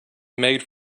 made